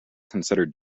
considered